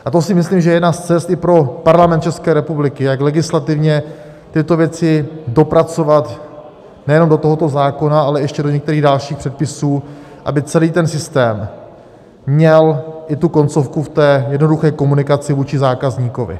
A to si myslím, že je jedna z cest i pro Parlament České republiky, jak legislativně tyto věci dopracovat nejenom do tohoto zákona, ale ještě do některých dalších předpisů, aby celý ten systém měl i koncovku v jednoduché komunikaci vůči zákazníkovi.